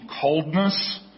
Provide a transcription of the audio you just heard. coldness